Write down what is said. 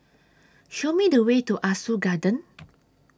Show Me The Way to Ah Soo Garden